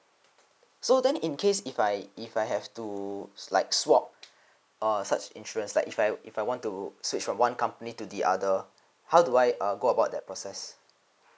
so then in case if I if I have to like swap err such interest like if I if I want to switch from one company to the other how do uh go about that process